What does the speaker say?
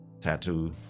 tattoo